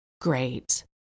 Great